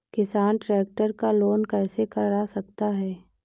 किसान ट्रैक्टर का लोन कैसे करा सकता है?